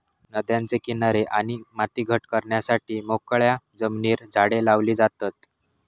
नद्यांचे किनारे आणि माती घट करण्यासाठी मोकळ्या जमिनीर झाडे लावली जातत